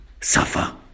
suffer